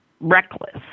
reckless